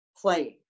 playing